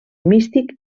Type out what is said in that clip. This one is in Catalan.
místic